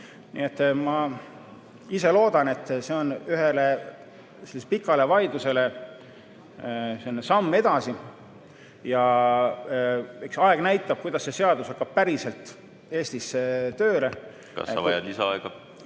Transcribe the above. et ma loodan, et see on ühele pikale vaidlusele samm edasi. Eks aeg näitab, kuidas see seadus Eestis päriselt tööle hakkab. Kas sa vajad lisaaega?